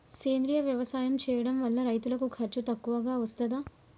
సేంద్రీయ వ్యవసాయం చేయడం వల్ల రైతులకు ఖర్చు తక్కువగా వస్తదా?